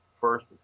first